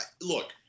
look